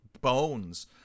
bones